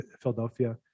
Philadelphia